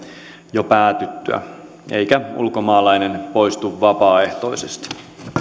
jo päätyttyä eikä ulkomaalainen poistu vapaaehtoisesti